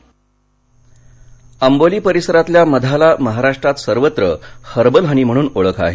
मध सिंधर्द्य आंबोली परिसरातल्या मधाला महाराष्ट्रात सर्वत्र हर्बल हनी म्हणून ओळख आहे